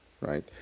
right